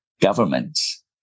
governments